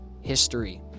history